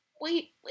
wait